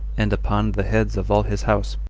and upon the heads of all his house.